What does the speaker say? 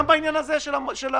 גם בעניין הזה של המעונות